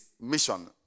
mission